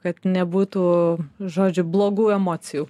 kad nebūtų žodžiu blogų emocijų